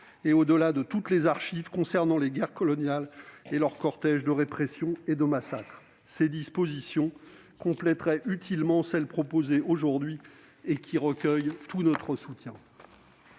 et, au-delà, toutes les archives relatives aux guerres coloniales et à leur cortège de répression et de massacres. Ces dispositions compléteraient utilement celles proposées aujourd'hui, qui recueillent tout notre soutien.